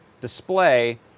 display